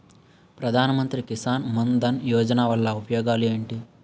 ప్రధాన మంత్రి కిసాన్ మన్ ధన్ యోజన వల్ల ఉపయోగాలు ఏంటి?